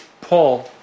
Paul